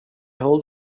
hold